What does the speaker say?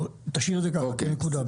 תשאיר את זה כך, כנקודה.